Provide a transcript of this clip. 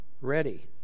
ready